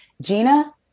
Gina